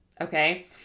okay